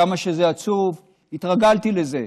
כמה שזה עצוב, התרגלתי לזה.